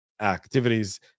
activities